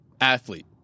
athlete